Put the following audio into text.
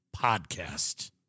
podcast